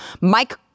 Mike